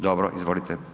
Dobro, izvolite.